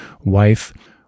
wife